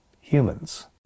humans